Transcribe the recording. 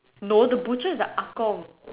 no the butcher is a ah Kong